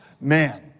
man